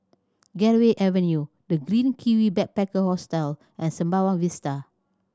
Gateway Avenue The Green Kiwi Backpacker Hostel and Sembawang Vista